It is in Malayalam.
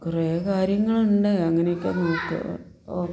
കുറേ കാര്യങ്ങൾ ഉണ്ട് അങ്ങനെയൊക്കെ നോക്ക്